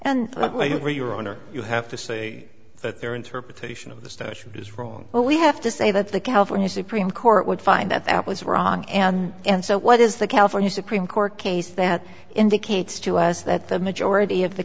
for your honor you have to say that their interpretation of the statute is wrong or we have to say that the california supreme court would find that that was wrong and if so what is the california supreme court case that indicates to us that the majority of the